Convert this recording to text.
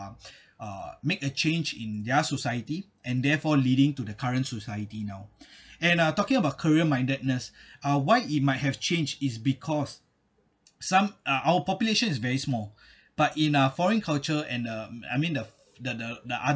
uh make a change in their society and therefore leading to the current society now and uh talking about career mindedness uh why it might have changed is because some uh our population is very small but in a foreign culture and uh I mean the the the the other